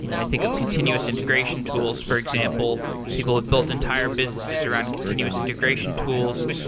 you know i think of continuous integration tools, for example. people had built entire businesses around continuous integration tools.